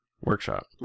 Workshop